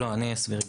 לא, לא, אני אסביר.